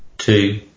Two